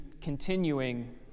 continuing